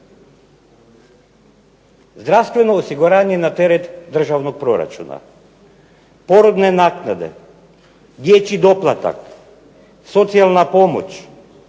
Zdravstveno osiguranje na teret državnog proračuna, porodne naknade, dječji doplatak, socijalna pomoć,